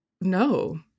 No